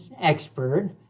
expert